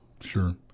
Sure